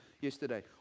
yesterday